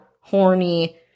horny